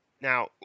Now